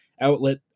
outlet